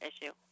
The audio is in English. issue